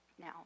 now